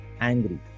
angry